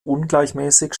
ungleichmäßig